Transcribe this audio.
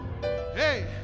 hey